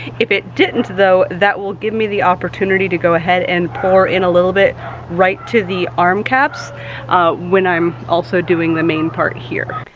if it didn't, though, that will give me the opportunity to go ahead and pour in a little bit right to the arm caps when i'm also doing the main part here.